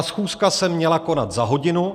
Schůzka se měla konat za hodinu.